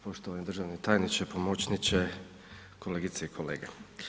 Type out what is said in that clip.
Poštovani državni tajniče, pomoćniče, kolegice i kolege.